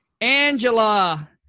Angela